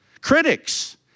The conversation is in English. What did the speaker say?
Critics